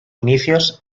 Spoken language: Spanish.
inicios